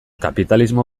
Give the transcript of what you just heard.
kapitalismo